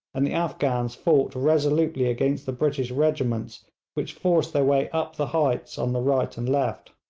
and the afghans fought resolutely against the british regiments which forced their way up the heights on the right and left.